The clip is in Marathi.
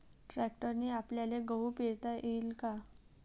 ट्रॅक्टरने आपल्याले गहू पेरता येईन का?